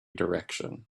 direction